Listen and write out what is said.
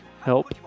help